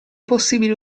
possibile